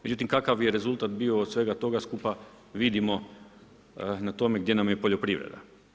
Međutim, kakav je rezultat bio od svega toga skupa vidimo na tome gdje nam je poljoprivreda.